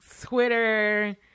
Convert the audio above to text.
Twitter